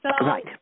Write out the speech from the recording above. Right